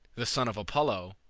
the son of apollo,